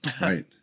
right